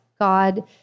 God